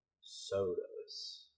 sodas